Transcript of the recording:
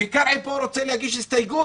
וקרעי פה רוצה להגיש הסתייגות